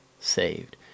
saved